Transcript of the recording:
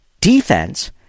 defense